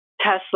Tesla